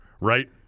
right